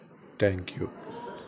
thank you